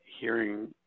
hearing